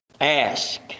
Ask